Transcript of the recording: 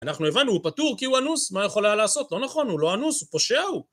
אנחנו הבנו, הוא פטור כי הוא אנוס מה יכול היה לעשות? לא נכון, הוא לא אנוס, הוא פושע, הוא...